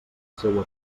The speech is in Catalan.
seua